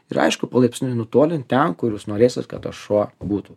ir aišku palaipsniui nutolint ten kur jūs norėsit kad tas šuo būtų